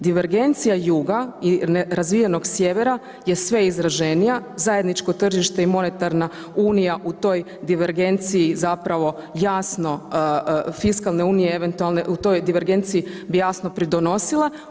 Divergencija juga i razvijenog sjevera je sve izraženija, zajedničko tržište i monetarna unija u toj divergenciji zapravo jasno fiskalne unije eventualne u toj divergenciji bi jasno pridonosila.